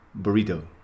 Burrito